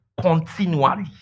Continually